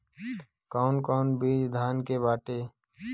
कौन कौन बिज धान के बाटे?